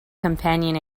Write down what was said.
companion